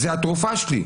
זו התרופה שלי.